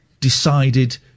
decided